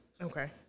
Okay